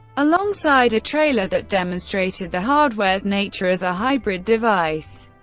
alongside a trailer that demonstrated the hardware's nature as a hybrid device.